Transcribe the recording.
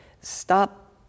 Stop